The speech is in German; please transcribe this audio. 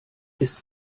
ist